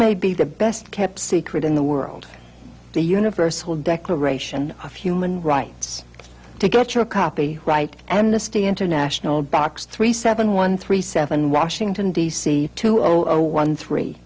may be the best kept secret in the world the universal declaration of human rights to get your copy right amnesty international box three seven one three seven washington d c two zero zero one three